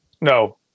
No